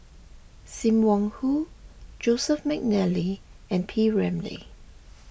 Sim Wong Hoo Joseph McNally and P Ramlee